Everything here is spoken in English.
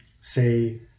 say